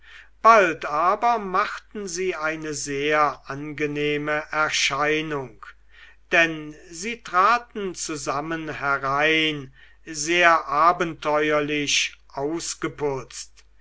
bald aber machten sie eine sehr angenehme erscheinung denn sie traten zusammen herein sehr abenteuerlich ausgeputzt